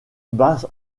bat